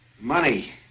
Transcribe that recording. Money